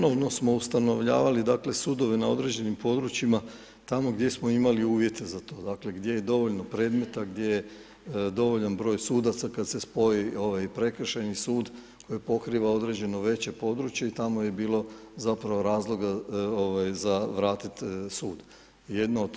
Ponovno smo ustanovljavali sudove na određenim područjima, tamo gdje smo imali uvjete za to, dakle, gdje je dovoljno predmeta, gdje je dovoljan broj sudaca, kada se spoji prekršajni sud, pokriva određeno veće područje i tamo je bilo razloga za vratiti sud.